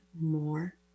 more